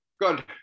good